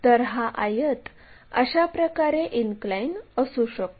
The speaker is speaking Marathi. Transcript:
तर हा आयत अशाप्रकारे इनक्लाइन असू शकतो